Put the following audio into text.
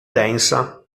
densa